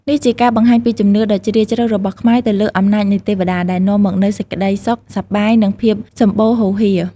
នេះជាការបង្ហាញពីជំនឿដ៏ជ្រាលជ្រៅរបស់ខ្មែរទៅលើអំណាចនៃទេវតា ដែលនាំមកនូវសេចក្តីសុខសប្បាយ និងភាពសម្បូរហូរហៀរ។